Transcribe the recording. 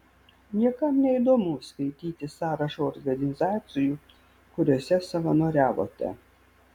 niekam neįdomu skaityti sąrašą organizacijų kuriose savanoriavote